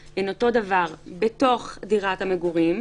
בתוך דירת המגורים,